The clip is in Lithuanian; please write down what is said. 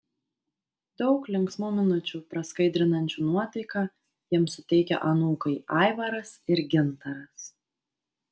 daug linksmų minučių praskaidrinančių nuotaiką jiems suteikia anūkai aivaras ir gintaras